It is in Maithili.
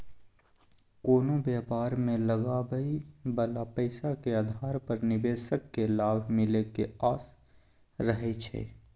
कोनो व्यापार मे लगाबइ बला पैसा के आधार पर निवेशक केँ लाभ मिले के आस रहइ छै